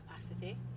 capacity